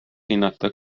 hinnata